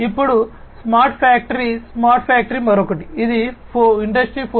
ఇప్పుడు smart factory smart factory మరొకటి ఇది ఇండస్ట్రీ 4